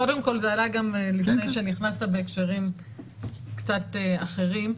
קודם כל זה עלה גם לפני שנכנסת בהקשרים קצת אחרים,